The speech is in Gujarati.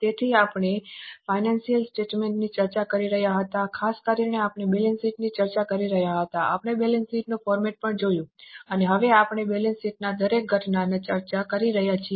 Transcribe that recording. તેથી આપણે ફાઇનાન્સિયલ સ્ટેટમેન્ટ ની ચર્ચા કરી રહ્યા હતા ખાસ કરીને આપણે બેલેન્સ શીટ ની ચર્ચા કરી રહ્યા હતા આપણે બેલેન્સ શીટનું ફોર્મેટ પણ જોયું અને હવે આપણે બેલેન્સ શીટના દરેક ઘટકની ચર્ચા કરી રહ્યા છીએ